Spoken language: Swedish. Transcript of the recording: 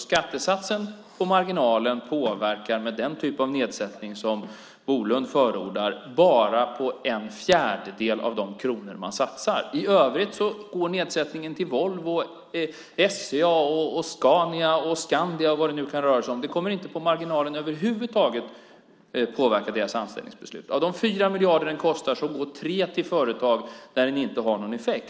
Skattesatsen på marginalen påverkar alltså, med den typ av nedsättning som Bolund förordar, bara när det gäller en fjärdedel av de kronor man satsar. I övrigt går nedsättningen till Volvo, SCA, Scania, Skandia och vad det nu kan röra sig om. Detta kommer inte på marginalen att över huvud taget påverka deras anställningsbeslut. Av de 4 miljarder som den kostar går 3 till företag där den inte har någon effekt.